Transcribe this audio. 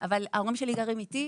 אבל ההורים שלי גרים איתי.